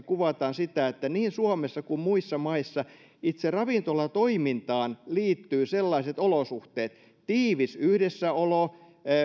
kuvataan sitä että niin suomessa kuin muissa maissa itse ravintolatoimintaan liittyy sellaiset olosuhteet tiivis yhdessäolo